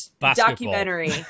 documentary